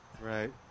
Right